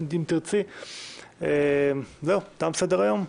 תם סדר-היום.